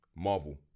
Marvel